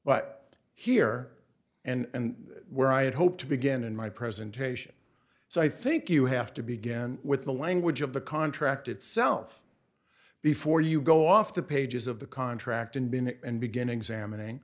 but here and where i had hoped to begin in my presentation so i think you have to begin with the language of the contract itself before you go off the pages of the contract and bin and begin examining